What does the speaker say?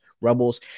Rebels